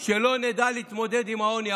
שלא נדע להתמודד עם העוני.